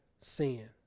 sin